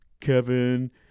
kevin